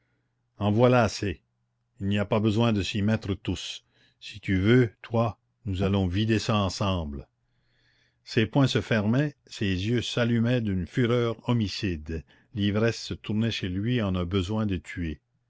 en voilà assez il n'y a pas besoin de s'y mettre tous si tu veux toi nous allons vider ça ensemble ses poings se fermaient ses yeux s'allumaient d'une fureur homicide l'ivresse se tournait chez lui en un besoin de tuer